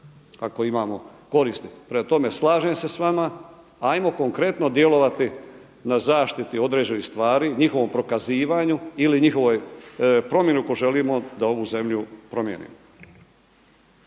ako imamo koristi. Prema tome, slažem se s vama. Ajmo konkretno djelovati na zaštiti određenih stvari, njihovom prokazivanju ili njihovoj promjeni ako želimo da ovu zemlju promijenimo.